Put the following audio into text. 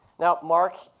now, mark,